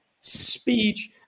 speech